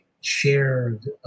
shared